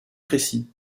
précis